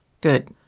Good